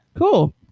Cool